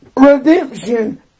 redemption